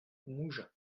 mougins